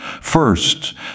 First